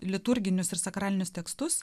liturginius ir sakralinius tekstus